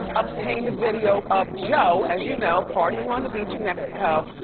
um obtained a video of joe, as you know, partying on the beach in mexico,